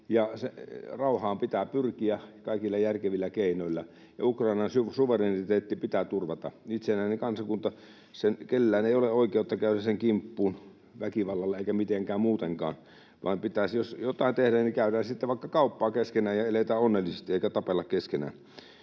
Rauhaan pitää pyrkiä kaikilla järkevillä keinoilla, ja Ukrainan suvereniteetti pitää turvata. Itsenäinen kansakunta: Kellään ei ole oikeutta käydä sen kimppuun väkivallalla eikä mitenkään muutenkaan. Jos jotain pitää tehdä, niin käydään sitten vaikka kauppaa keskenään ja eletään onnellisesti, eikä tapella keskenään.